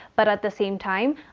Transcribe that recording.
but at the same time,